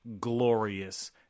glorious